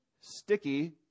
sticky